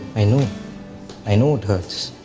i know i know it hurts.